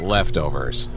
Leftovers